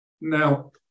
Now